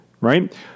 right